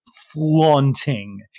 flaunting